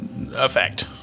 effect